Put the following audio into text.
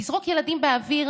לזרוק ילדים באוויר,